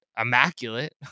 immaculate